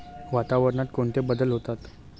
वातावरणात कोणते बदल होतात?